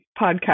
podcast